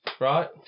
right